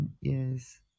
Yes